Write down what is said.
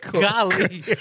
Golly